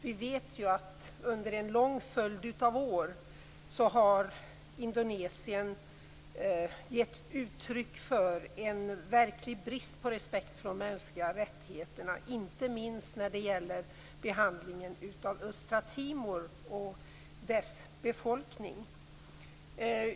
Vi vet ju att Indonesien under en lång följd av år har gett uttryck för en verklig brist på respekt för de mänskliga rättigheterna, inte minst när det gäller behandlingen av Östra Timor och dess befolkning.